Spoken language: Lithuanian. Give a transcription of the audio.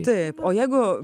taip o jeigu